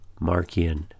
Markian